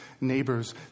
neighbors